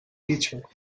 pitcher